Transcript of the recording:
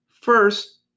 First